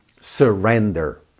surrender